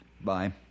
Bye